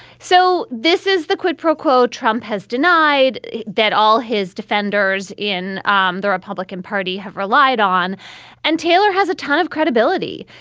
so this is the quid pro quo. trump has denied that all his defenders in um the republican party have relied on and taylor has a ton of credibility.